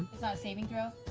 saving throw?